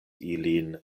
ilin